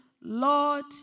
Lord